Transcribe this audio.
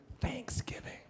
thanksgiving